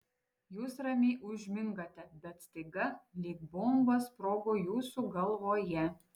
jūs ramiai užmingate bet staiga lyg bomba sprogo jūsų galvoje